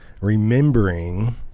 remembering